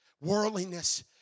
worldliness